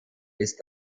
ist